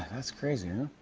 that's crazy, huh?